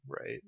right